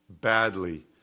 badly